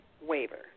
waiver